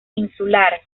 insular